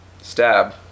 Stab